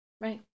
Right